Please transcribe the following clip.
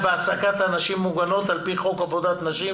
בהעסקת נשים המוגנות על פי חוק עבודת נשים",